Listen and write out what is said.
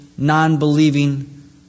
non-believing